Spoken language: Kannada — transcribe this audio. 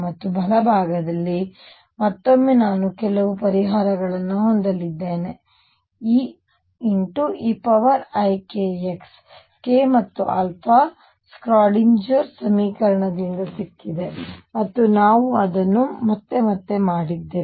ಮತ್ತು ಬಲಭಾಗದಲ್ಲಿ ಮತ್ತೊಮ್ಮೆ ನಾನು ಕೆಲವು ಪರಿಹಾರವನ್ನು ಹೊಂದಲಿದ್ದೇನೆ E eikx k ಮತ್ತು ಸ್ಕ್ರಾಡಿನಜರ್ ಸಮೀಕರಣದಿಂದ ಸಿಕ್ಕಿದೆ ಮತ್ತು ನಾವು ಅದನ್ನು ಮತ್ತೆ ಮತ್ತೆ ಮಾಡಿದ್ದೇವೆ